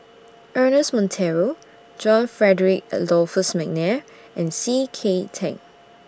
Ernest Monteiro John Frederick Adolphus Mcnair and C K Tang